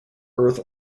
earth